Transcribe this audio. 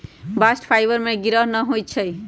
bast fibre में गिरह न होई छै